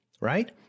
right